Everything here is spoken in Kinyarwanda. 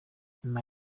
nyuma